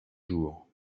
jour